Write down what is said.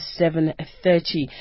7.30